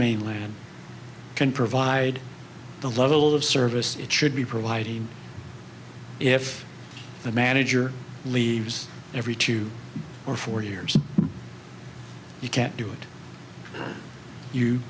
mainland can provide the level of service it should be providing if the manager leaves every two or four years you can't do it you